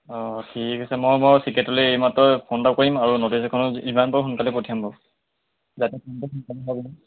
অঁ ঠিক আছে মই মই চিক্ৰেটৰীলৈ এইমাত্ৰ ফোন এটা কৰিম আৰু নটিচ এখনো যিমান পাৰোঁ সোনকালে পঠিয়াম বাৰু যাতে